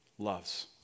loves